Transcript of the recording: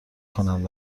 کنند